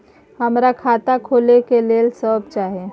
हमरा खाता खोले के लेल की सब चाही?